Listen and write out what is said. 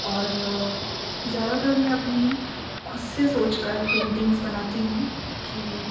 اور زیادہ تر میں اپنی خود سے سوچ کر پینٹنگس بناتی ہوں کہ